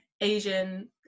Asian